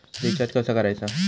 Recharge कसा करायचा?